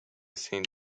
saint